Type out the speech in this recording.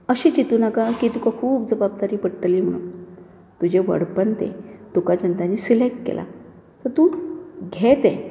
अशें चिंतू नाका की तुका खूब जबाबदारी पडटली म्हूण तुजें व्हडपण तें तुका तेंच्यानी सिलॅक्ट केला सो तूं घे तें